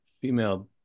female